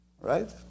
right